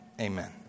Amen